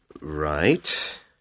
Right